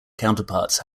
counterparts